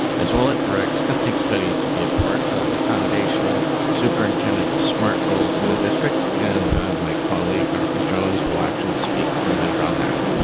as well it directs ethnic studies to be a part of the foundational superintendent smart goals of the district, and my colleague dr. jones will actually speak for a minute about um that.